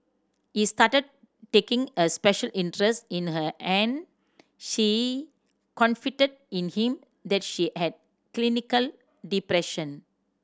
he started taking a special interest in her and she confided in him that she had clinical depression